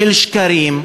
של שקרים.